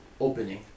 opening